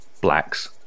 blacks